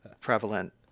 prevalent